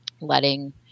letting